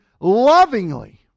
lovingly